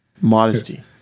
modesty